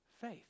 faith